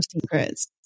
secrets